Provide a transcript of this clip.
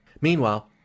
Meanwhile